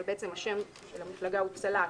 אבל בעצם השם של המפלגה הוא צל"ש,